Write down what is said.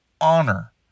honor